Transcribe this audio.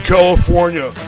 California